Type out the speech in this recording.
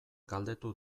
galdetu